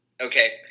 Okay